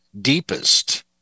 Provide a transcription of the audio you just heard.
deepest